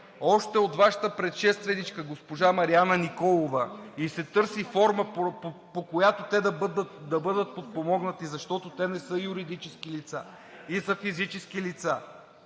още от Вашата предшественичка госпожа Марияна Николова, и се търси форма, по която те да бъдат подпомогнати, защото не са юридически, а са физически лица,